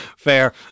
Fair